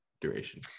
duration